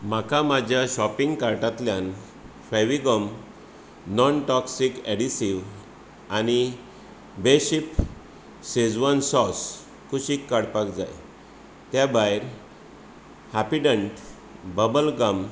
म्हाका म्हज्या शाॅपिंग कार्टांतल्यान फेविगम नाॅन टाॅक्सिक एधेसिव्ह आनी बेशीफ शेजवान साॅस कुशीक काडपाक जाय त्या भायर हॅपिडेंट बबल गम